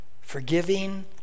forgiving